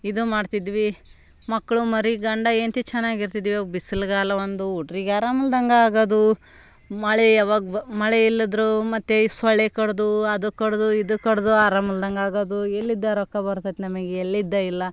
ಇದು ಮಾಡ್ತಿದ್ವಿ ಮಕ್ಳು ಮರಿ ಗಂಡ ಹೆಂಡ್ತಿ ಚೆನ್ನಾಗಿರ್ತಿದ್ವಿ ಇವಾಗ ಬಿಸ್ಲುಗಾಲ ಒಂದು ಹುಡ್ರಿಗೆ ಆರಾಮ ಇಲ್ದಂಗೆ ಆಗೋದು ಮಳೆ ಯಾವಾಗ ಬ ಮಳೆ ಇಲ್ಲಂದ್ರು ಮತ್ತೆ ಈ ಸೊಳ್ಳೆ ಕಡಿದು ಅದು ಕಡಿದು ಇದು ಕಡಿದು ಆರಾಮ ಇಲ್ದಂಗೆ ಆಗೋದು ಎಲ್ಲಿಂದ ರೊಕ್ಕ ಬರ್ತೈತೆ ನಮ್ಗೆ ಎಲ್ಲಿಂದ ಇಲ್ಲ